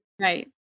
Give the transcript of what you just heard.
Right